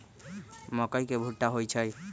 मकई के भुट्टा होई छई